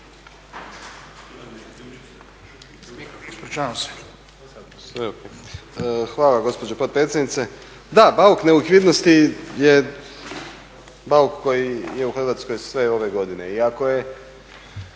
Hvala gospođo potpredsjednice. Da, bauk nelikvidnosti je bauk koji je u Hrvatskoj sve ove godine.